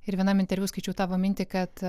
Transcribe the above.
ir vienam interviu skaičiau tavo mintį kad